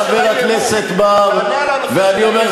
חבר הכנסת בר,